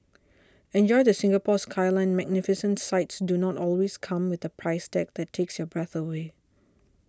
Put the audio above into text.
enjoy the Singapore Skyline Magnificent sights do not always come with a price tag that takes your breath away